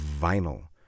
Vinyl